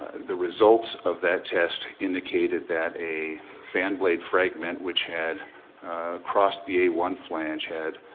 the results of that test indicated that a fan blade fragment which had crossed the a one flange had